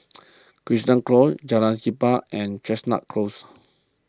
Crichton Close Jalan Siap and Chestnut Close